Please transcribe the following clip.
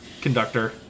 conductor